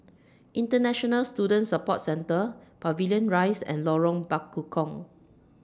International Student Support Centre Pavilion Rise and Lorong Bekukong